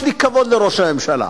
יש לי כבוד לראש הממשלה,